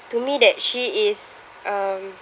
to me that she is um